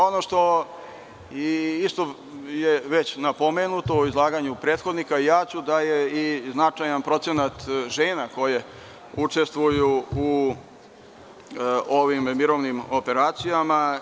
Ono što je isto napomenuto u izlaganju prethodnika jeste i značajan procenat žena koje učestvuju u ovim mirovnim operacijama.